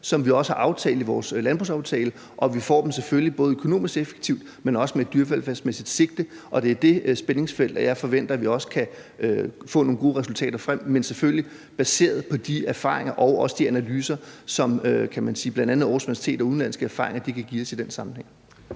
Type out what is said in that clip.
som vi også har aftalt i vores landbrugsaftale, og at vi selvfølgelig får dem både økonomisk effektivt, men også med et dyrevelfærdsmæssigt sigte. Det er i det spændingsfelt, jeg forventer vi også kan få nogle gode resultater frem, men selvfølgelig baseret på de udenlandske erfaringer og de analyser, bl.a. Aarhus Universitet kan give os i den sammenhæng.